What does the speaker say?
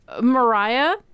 Mariah